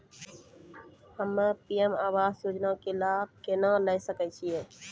हम्मे पी.एम आवास योजना के लाभ केना लेली सकै छियै?